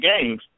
games